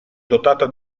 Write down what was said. dotata